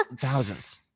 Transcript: thousands